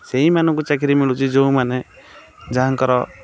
ସେଇମାନଙ୍କୁ ଚାକିରି ମିଳୁଛି ଯେଉଁମାନେ ଯାହାଙ୍କର